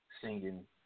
singing